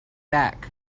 back